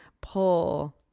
pull